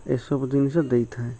ଏସବୁ ଜିନିଷ ଦେଇଥାଏ